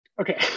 okay